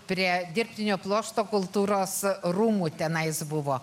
prie dirbtinio pluošto kultūros rūmų tenai jis buvo